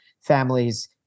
families